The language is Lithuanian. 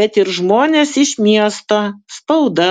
bet ir žmonės iš miesto spauda